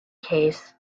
case